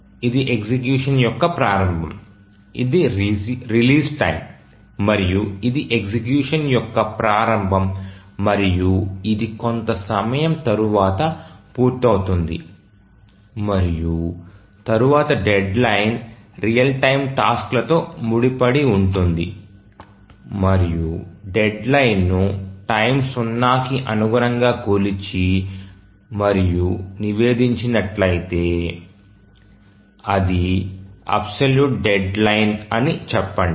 ఇది ఎగ్జిక్యూషన్ యొక్క ప్రారంభం ఇది రిలీజ్ టైమ్ మరియు ఇది ఎగ్జిక్యూషన్ యొక్క ప్రారంభం మరియు ఇది కొంత సమయం తర్వాత పూర్తవుతుంది మరియు తరువాత డెడ్లైన్ రియల్ టైమ్ టాస్క్లతో ముడిపడి ఉంటుంది మరియు డెడ్ లైన్ ను టైమ్ సున్నాకి అనుగుణంగా కొలిచి మరియు నివేదించినట్లయితే ఇది అబ్సొల్యూట్ డెడ్లైన్ అని చెప్పండి